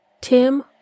Tim